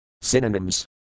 Synonyms